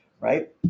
Right